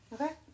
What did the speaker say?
Okay